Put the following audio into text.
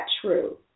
true